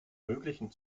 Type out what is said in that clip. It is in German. möglichen